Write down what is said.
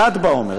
ל"ד בעמר,